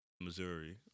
Missouri